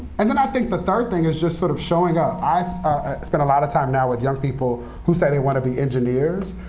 and then i think the but third thing is just sort of showing up. i've spent a lot of time now with young people who say they want to be engineers.